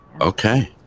Okay